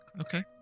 Okay